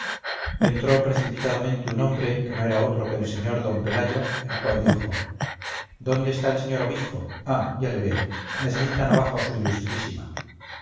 entró precipitadamente un hombre que no era otro que el sr d pelayo el cual dijo dónde está el señor obispo ah ya le veo necesitan abajo a su ilustrísima